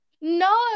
No